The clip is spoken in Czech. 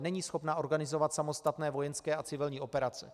Není schopna organizovat samostatné vojenské a civilní operace.